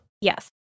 yes